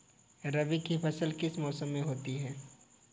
रबी की फसल किस मौसम में होती है?